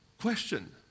question